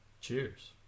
cheers